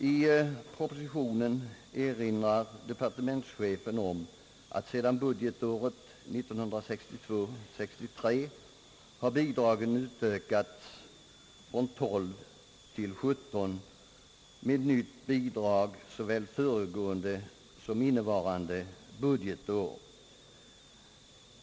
I propositionen erinrar departementschefen om att bidragen sedan budgetåret 1962/63 har utökats från 12 till 17, med nytt bidrag såväl föregående som innevarande budgetår.